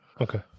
Okay